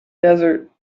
desert